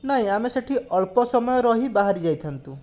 ନାହିଁ ଆମେ ସେଠି ଅଳ୍ପ ସମୟ ରହି ବାହାରଯାଇଥାନ୍ତୁ